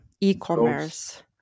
e-commerce